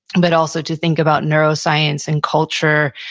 and but also to think about neuroscience and culture.